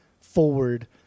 forward